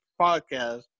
podcast